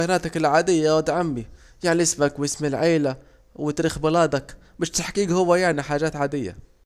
بياناتك العادية يا واد عمي يعني اسمك واسم عيلتك وتاريخ ميلاك مش تحجيج هو يعني دي حاجات عادية